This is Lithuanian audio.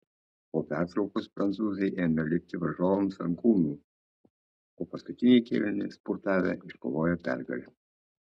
po pertraukos prancūzai ėmė lipti varžovams ant kulnų o paskutinį kėlinį spurtavę iškovojo pergalę